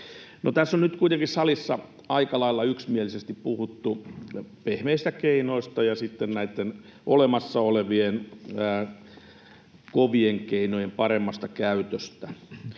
salissa on nyt kuitenkin aika lailla yksimielisesti puhuttu pehmeistä keinoista ja sitten näitten olemassa olevien kovien keinojen paremmasta käytöstä,